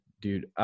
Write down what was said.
Dude